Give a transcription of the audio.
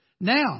Now